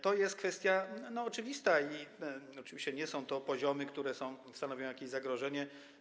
To jest kwestia oczywista i oczywiście nie są to poziomy, które stanowią jakieś zagrożenie.